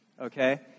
okay